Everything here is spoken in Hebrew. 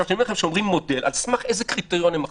כשאומרים מודל, על סמך איזה קריטריון הם מחליטים?